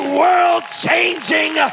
world-changing